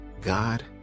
God